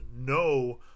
no